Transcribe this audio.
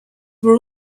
were